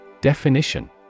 Definition